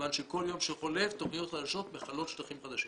כיוון שכל יום שחולף תכניות חדשות מכלות שטחים חדשים.